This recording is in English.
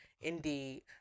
indeed